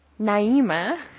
Naima